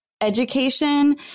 education